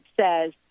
says